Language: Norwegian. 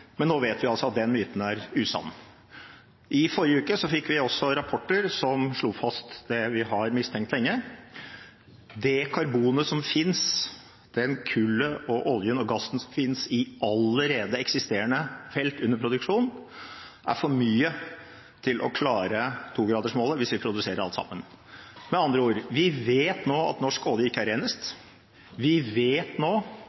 men nå vet vi altså at den myten er usann. I forrige uke fikk vi også rapporter som slo fast det vi har mistenkt lenge: Det karbonet som finnes – det kullet og den oljen og gassen som finnes i allerede eksisterende felt under produksjon, er for mye til å klare 2-gradersmålet hvis vi produserer alt sammen. Med andre ord: Vi vet nå at norsk olje ikke er renest. Vi vet nå